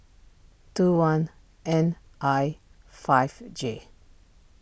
two one N I five J